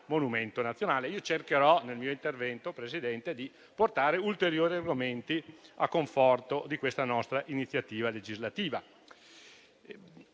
io cercherò, nel mio intervento, di portare ulteriori argomenti a conforto di questa nostra iniziativa legislativa.